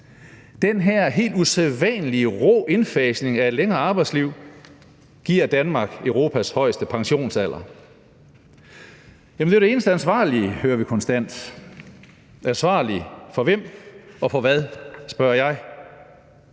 Den her helt usædvanlige rå indfasning af et længere arbejdsliv giver Danmark Europas højeste pensionsalder. »Jamen det er jo det eneste ansvarlige«, hører vi konstant. »Ansvarlige« – for hvem og for hvad? spørger jeg.